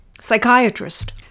psychiatrist